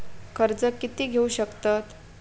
कर्ज कीती घेऊ शकतत?